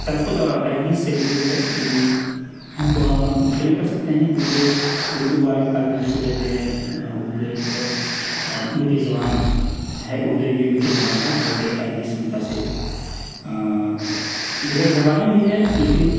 تلفظ اور ادائیگی سے بھی جو ہے ان کو ہم مختلف کر سکتے ہیں کیوںکہ اردو کے بارے میں کافی مشہور ہے کہ اردو ایک میٹھی زبان ہے اردو ایک جو میٹھی زبان ہے جوکہ عربی سے متاثر ہے دیگر زبانیں بھی ہے لیکن